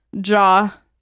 jaw